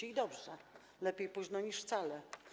I dobrze, lepiej późno niż wcale.